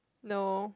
no